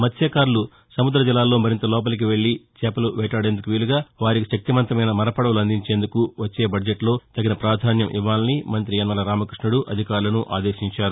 మత్స్వకారులు సముద్ర జలాల్లో మరింత లోపలికి వెళ్లి చేపలు వేటాడేందుకు వీలుగా వారికి శక్తిమంతమైన మరపడవలు అందించేందుకు వచ్చే బడ్జెట్లో తగిన ప్రాధాన్యం ఇవ్వాలని మంత్రి యనమల రామకృష్ణుడు అధికారులను ఆదేశించారు